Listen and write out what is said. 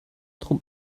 drum